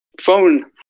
phone